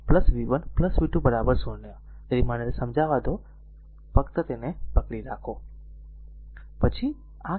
તેથી v v 1 v 2 0 તેથી મને તે સમજાવા દો તેથી ફક્ત પકડી રાખો